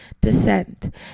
descent